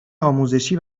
آموزشی